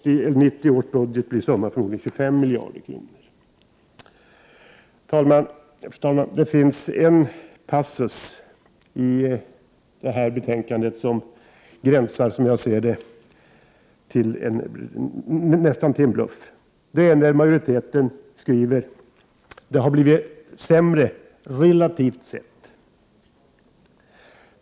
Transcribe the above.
I 1989/90 års budget blir summan förmodligen 25 miljarder kronor. Fru talman! Det finns en passus i betänkandet som gränsar till ren bluff, som jag ser det. Det är när majoriteten skriver: Det har blivit sämre relativt sett.